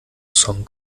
song